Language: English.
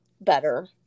better